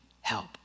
help